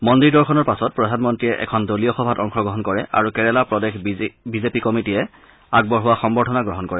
মন্দিৰ দৰ্শনৰ পাছত প্ৰধানমন্ত্ৰীয়ে এখন দলীয় সভাত অংশগ্ৰহণ কৰে আৰু কেৰালা প্ৰদেশ বিজেপি কমিটীয়ে আগবঢ়োৱা সম্বৰ্ধনা গ্ৰহণ কৰে